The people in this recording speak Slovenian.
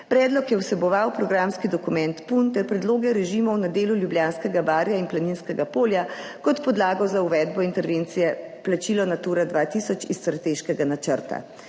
Predlog je vseboval programski dokument PUN(?) ter predloge režimov na delu Ljubljanskega barja in Planinskega polja, kot podlago za uvedbo intervencije plačilo Natura 2000 iz strateškega načrta.